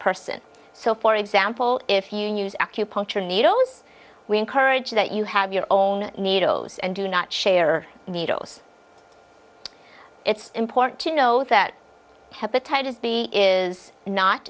person so for example if you use acupuncture needles we encourage that you have your own needles and do not share needles it's important to know that hepatitis b is not